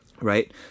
Right